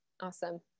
awesome